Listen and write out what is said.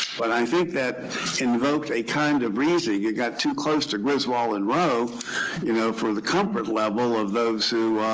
but i think that invoked a kind of reasoning. you got too close to griswold and roe you know for the comfort level of those who